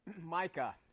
Micah